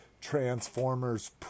Transformers